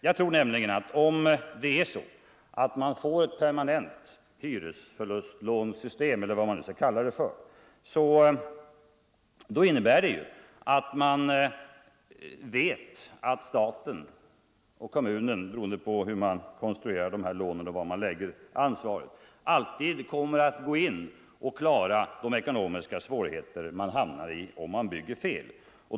Införandet av ett permanent system för hyresförlustlån skulle ju innebära att bostadsproducenten vet, att staten och kommunen — beroende på var ansvaret för dessa lån förläggs — alltid kommer att klara de ekonomiska 121 svårigheter han hamnar i om han bygger fel.